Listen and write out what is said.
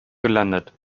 gelandet